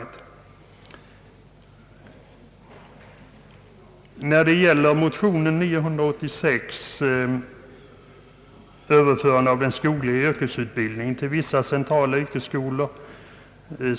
Jag behöver kanske inte orda så mycket om de likalydande motionerna 1: 833 och 1II:986 om överförande av den skogliga yrkesutbildningen till vissa centrala yrkesskolor.